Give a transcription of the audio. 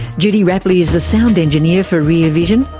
judy rapley is the sound engineer for rear vision.